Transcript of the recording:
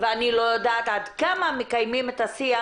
ואני לא יודעת עד כמה מקיימים את השיח